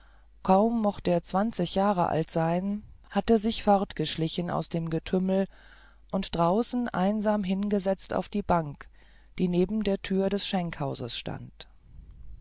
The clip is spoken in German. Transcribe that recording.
kaum mocht er zwanzig jahr alt sein hatte sich fortgeschlichen aus dem getümmel und draußen einsam hingesetzt auf die bank die neben der tür des schenkhauses stand